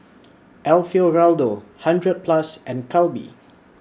Alfio Raldo hundred Plus and Calbee